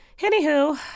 Anywho